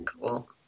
Cool